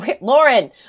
Lauren